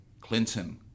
Clinton